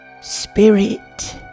Spirit